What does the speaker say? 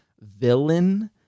villain